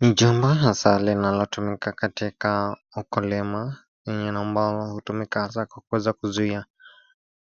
Ni jumba hasaa linalotumika katika, ukulima, pengine ambalo hutumika hasaa kwa kuweza kuzuia,